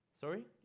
Sorry